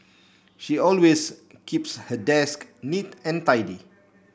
she always keeps her desk neat and tidy